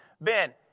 Ben